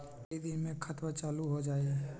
कई दिन मे खतबा चालु हो जाई?